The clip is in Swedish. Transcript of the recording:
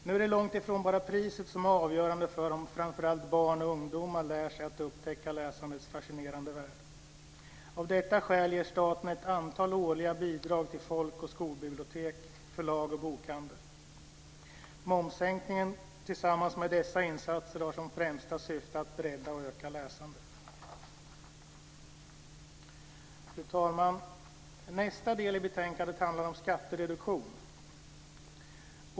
Nu är det långt ifrån bara priset som är avgörande för om framför allt barn och ungdomar lär sig att upptäcka läsandets fascinerande värld. Av detta skäl ger staten ett antal årliga bidrag till folkoch skolbibliotek, förlag och bokhandel. Momssänkningen tillsammans med dessa insatser har som främsta syfte att bredda och öka läsandet. Fru talman! Nästa del i betänkandet handlar om skattereduktion.